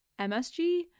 MSG